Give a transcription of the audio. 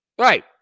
Right